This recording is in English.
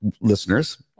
listeners